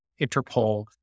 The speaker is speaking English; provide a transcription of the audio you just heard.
Interpol